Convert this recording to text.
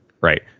right